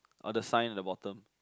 or the sign at the bottom